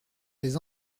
des